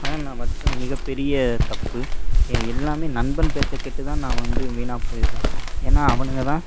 அதான் நான் வச்ச மிகப்பெரிய தப்பு என் எல்லாம் நண்பன் பேச்சை கேட்டு தான் நான் வந்து வீணாக போயிடுறேன் ஏன்னா அவங்க தான்